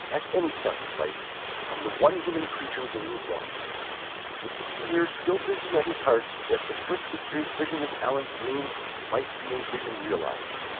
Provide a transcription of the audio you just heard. at any sacrifice, from the one human creature whom he loved with the fear still busy at his heart that the first mysterious vision of allan's dream might be a vision realized,